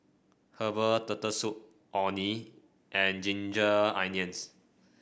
Herbal Turtle Soup Orh Nee and Ginger Onions